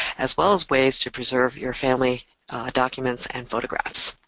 as well as ways to preserve your family documents and photographs.